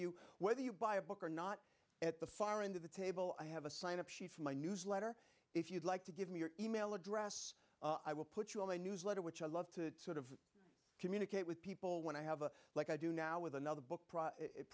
you whether you buy a book or not at the far end of the table i have a sign up sheet for my newsletter if you'd like to give me your email address i will put you on the newsletter which i love to sort of communicate with people when i have a like i do now with another book